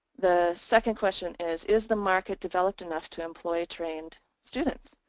the second question is is the market developed enough to employ trained students.